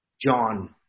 John